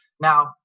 Now